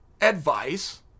advice